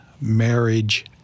marriage